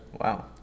Wow